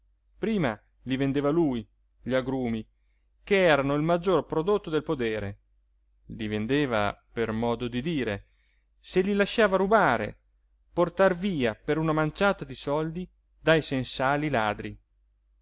prima li vendeva lui gli agrumi ch'erano il maggior prodotto del podere diven eva per modo di dire se li lasciava rubare portar via per una manciata di soldi dai sensali ladri